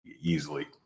easily